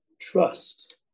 trust